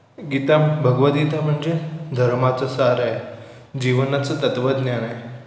गीता भगवदगीता म्हणजे धर्माचं सार आहे जीवनाचं तत्वज्ञान आहे